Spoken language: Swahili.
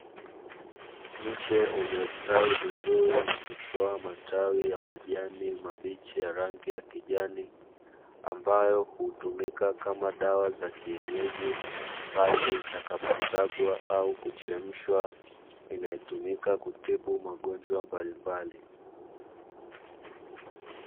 Mche uliostawi vizuri na kutoa matawi ya majani mabichi ya rangi ya kijani, ambayo hutumika kama dawa za kienyeji pale itakaposagwa au kuchemshwa, inayotumika kutibu magonjwa mbalimbali.